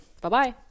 Bye-bye